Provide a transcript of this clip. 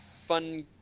fun